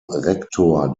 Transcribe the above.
rektor